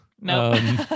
No